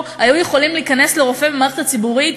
היו יכולים להיכנס לרופא במערכת הציבורית